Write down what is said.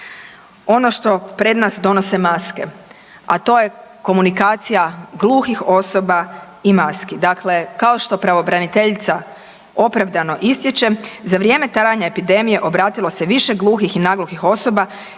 ono što pred nas donose maske, a to je komunikacija gluhih osoba i maski. Dakle, kao što pravobraniteljica opravdano ističe, za vrijeme trajanja epidemije obratilo se više gluhih i nagluhih osoba